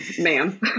ma'am